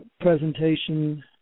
presentation